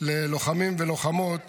ללוחמים וללוחמות